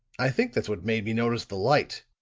i think that's what made me notice the light.